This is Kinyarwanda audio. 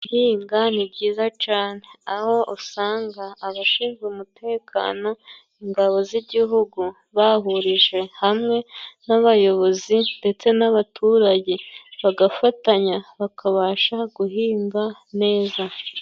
Guhinga ni byiza cane, aho usanga abashinzwe umutekano ingabo z'Igihugu bahurije hamwe n'abayobozi ndetse n'abaturage, bagafatanya bakabasha guhinga neza.